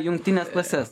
jungtines klases